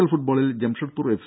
L ഫുട്ബോളിൽ Jamshedpur F